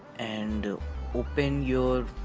and open your.